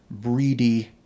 breedy